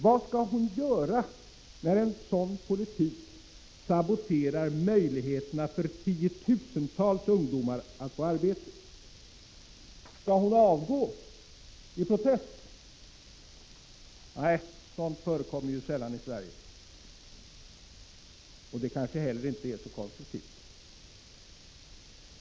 Vad skall hon göra när en sådan politik saboterar möjligheterna för tiotusentals ungdomar att få arbete? Skall hon avgå i protest? Nej, sådant förekommer sällan i Sverige, och det kanske inte heller är så konstruktivt.